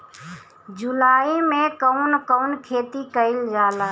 जुलाई मे कउन कउन खेती कईल जाला?